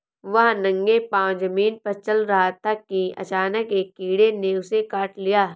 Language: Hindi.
वह नंगे पांव जमीन पर चल रहा था कि अचानक एक कीड़े ने उसे काट लिया